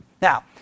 Now